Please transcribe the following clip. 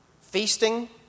feasting